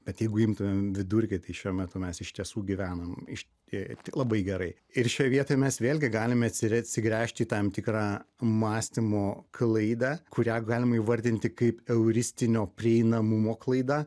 bet jeigu imtumėme vidurkį tai šiuo metu mes iš tiesų gyvename išties labai gerai ir šiai vietai mes vėlgi galime atsire atsigręžti į tam tikrą mąstymo klaidą kurią galima įvardinti kaip euristinio prieinamumo klaida